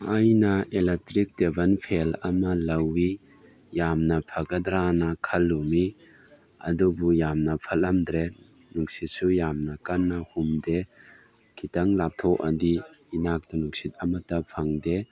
ꯑꯩꯅ electric table fan ꯑꯃ ꯂꯧꯏ ꯌꯥꯝꯅ ꯐꯒꯗ꯭ꯔꯅ ꯈꯟꯂꯨꯕꯅꯤ ꯑꯗꯨꯕꯨ ꯌꯥꯝꯅ ꯐꯠꯂꯝꯗ꯭ꯔꯦ ꯅꯨꯡꯁꯤꯠꯁꯨ ꯌꯥꯝꯅ ꯀꯟꯅ ꯍꯨꯝꯗꯦ ꯈꯤꯇꯪ ꯂꯥꯞꯊꯣꯛꯑꯗꯤ ꯏꯅꯥꯛꯇ ꯅꯨꯡꯁꯤꯠ ꯑꯃꯠꯇ ꯐꯪꯗꯦ